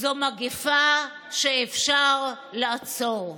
זאת מגפה שאפשר לעצור.